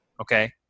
Okay